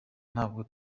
ntabwo